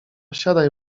siadaj